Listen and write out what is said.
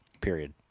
period